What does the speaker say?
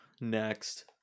next